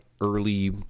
early